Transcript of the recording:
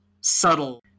subtle